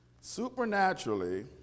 Supernaturally